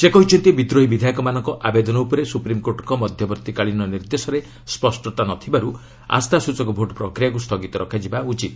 ସେ କହିଛନ୍ତି ବିଦ୍ରୋହୀ ବିଧାୟକମାନଙ୍କ ଆବେଦନ ଉପରେ ସୁପ୍ରିମ୍କୋର୍ଟଙ୍କ ମଧ୍ୟବର୍ତ୍ତୀକାଳୀନ ନିର୍ଦ୍ଦେଶରେ ସ୍ୱଷ୍ଟତା ନ ଥିବାରୁ ଆସ୍ଥାସ୍ଟଚକ ଭୋଟ ପ୍ରକ୍ରିୟାକୁ ସ୍ଥଗିତ ରଖାଯିବା ଉଚିତ